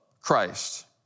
Christ